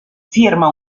firma